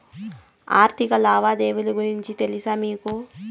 ఆర్థిక లావాదేవీల గురించి తెలుసా మీకు